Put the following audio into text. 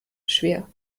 schwer